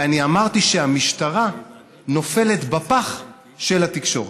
ואמרתי שהמשטרה נופלת בפח של התקשורת.